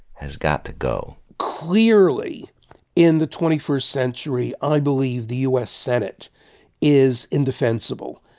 has got to go clearly in the twenty first century, i believe the u s. senate is indefensible.